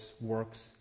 works